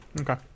Okay